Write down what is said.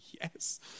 yes